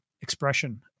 expression